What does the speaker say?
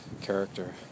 Character